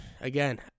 Again